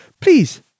Please